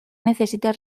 necesita